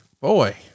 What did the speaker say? boy